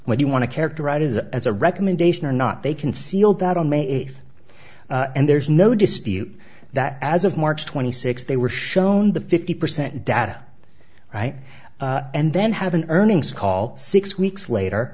when you want to characterize it as a recommendation or not they can see that on may eighth and there's no dispute that as of march twenty sixth they were shown the fifty percent data right and then have an earnings call six weeks later